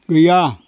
गैया